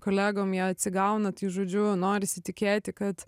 kolegom jie atsigauna tai žodžiu norisi tikėti kad